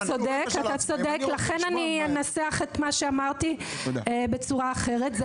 אתה צודק, לכן אני אנסח את מה שאמרתי בצורה אחרת.